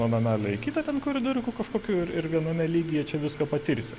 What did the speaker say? nuo namelio į kitą ten koridoriuką kažkokį ir ir viename lygyje čia viską patirsi